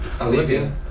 Olivia